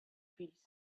piece